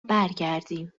برگردیم